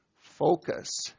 Focus